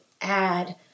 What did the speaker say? add